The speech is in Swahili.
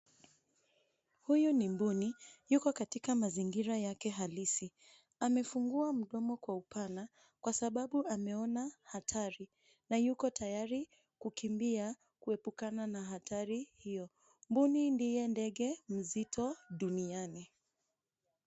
Huyu ni mbuni ,yuko katika mazingira yake halisi, amefungua mdomo kwa upana, kwa sababu ameona hatari na yuko tayari, kukimbia kuepukana na hatari hiyo. Mbuni ndiye ndege mzito duniani.